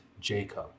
Jacob